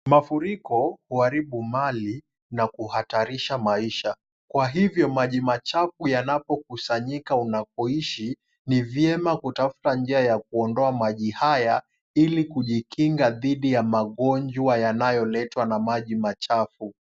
Mafuriko huharibu mali na kuhatarisha maisha. Kwa hivyo maji machafu yanapokusanyika unapoishi, ni vyema kutafuta njia ya kuondoa maji haya, ili kujikinga dhidi ya magonjwa yanayoletwa na maji machafu.